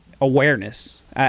awareness